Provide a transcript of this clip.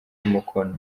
mukono